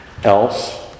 else